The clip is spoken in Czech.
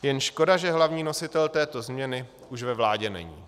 Jen škoda, že hlavní nositel této změny už ve vládě není.